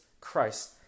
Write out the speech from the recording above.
Christ